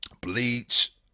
Bleach